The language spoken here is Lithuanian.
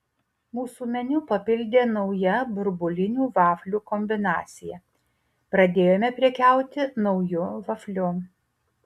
mūsų meniu papildė nauja burbulinių vaflių kombinacija pradėjome prekiauti nauju vafliu